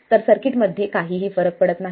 तर सर्किटमध्ये काहीही फरक पडत नाही